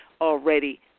already